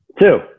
Two